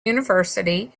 university